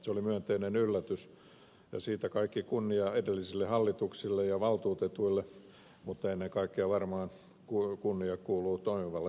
se oli myönteinen yllätys ja siitä kaikki kunnia edellisille hallituksille ja valtuutetuille mutta ennen kaikkea varmaan kunnia kuuluu toimivalle johdolle